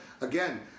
Again